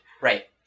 Right